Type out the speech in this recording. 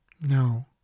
No